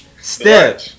step